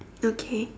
okay